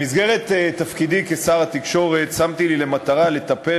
במסגרת תפקידי כשר התקשורת שמתי לי למטרה לטפל